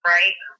right